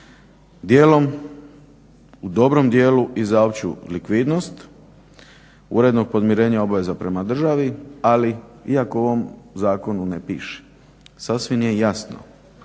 u dobrom dijelu i za opću likvidnost, urednog podmirenja obveza prema državi. Ali iako u ovom zakonu ne piše, sasvim je jasno